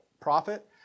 profit